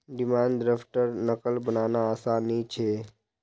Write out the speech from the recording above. demand द्रफ्टर नक़ल बनाना आसान नि छे